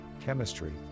chemistry